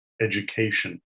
education